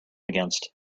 against